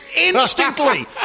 Instantly